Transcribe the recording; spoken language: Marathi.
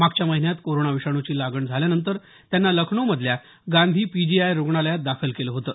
मागच्या महिन्यात कोरोना विषाणूची लागण झाल्यानंतर त्यांना लखनऊमधल्या गांधी पीजीआय रुग्णालयात दाखल केलं होतं